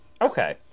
Okay